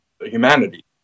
humanity